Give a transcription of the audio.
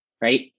right